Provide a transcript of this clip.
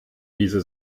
diese